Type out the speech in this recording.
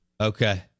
Okay